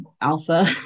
alpha